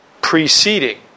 preceding